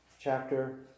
chapter